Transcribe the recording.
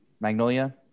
Magnolia